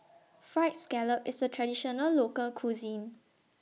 Fried Scallop IS A Traditional Local Cuisine